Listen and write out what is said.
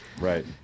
Right